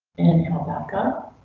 and and back up.